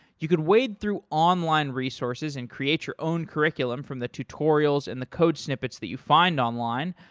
you could wade through online resources and create your own curriculum from the tutorials and the code snippets that you find online,